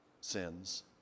sins